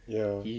ya